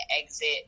Exit